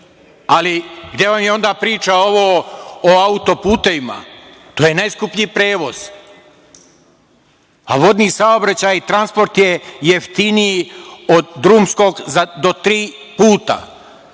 ali gde vam je onda priča o autoputevima? To je najskuplji prevoz. Vodni saobraćaj i transport je jeftiniji od drumskog do tri puta,